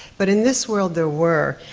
but in this world, there were,